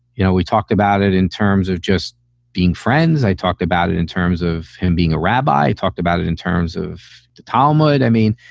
you know, we talked about it in terms of just being friends. i talked about it in terms of him being a rabbi, talked about it in terms of the talmud. i mean,